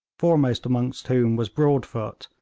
foremost among whom was broadfoot,